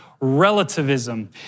relativism